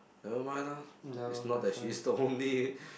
never mind lah it's not that she's the only